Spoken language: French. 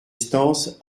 stances